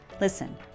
Listen